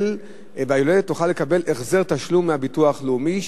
והיולדת תוכל לקבל החזר תשלום מהביטוח הלאומי.